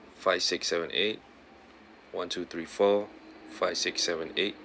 five six seven eight one two three four five six seven eight